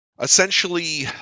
essentially